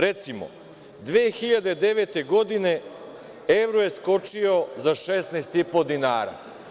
Recimo, 2009. godine evro je skočio 16,5 dinara.